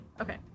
Okay